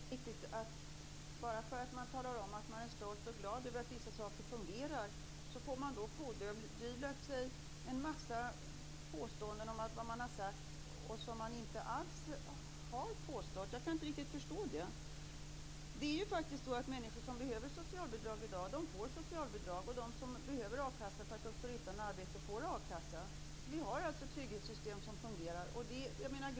Herr talman! Jag förstår inte riktigt. Bara för att man talar om att man är stolt och glad över att vissa saker fungerar får man pådyvlat sig en massa påståenden om vad man har sagt, vilka inte alls stämmer. Jag kan inte riktigt förstå det. Det är ju faktiskt så, att människor som behöver socialbidrag i dag får socialbidrag. De som behöver a-kassa för att de står utan arbete får a-kassa. Vi har alltså ett trygghetssystem som fungerar.